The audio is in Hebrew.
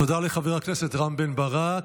תודה לחבר הכנסת רם בן ברק.